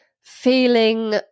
feeling